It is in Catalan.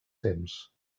temps